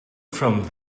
from